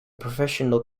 professional